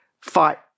fight